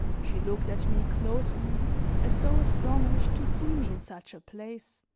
she looked at me closely as though astonished to see me in such a place,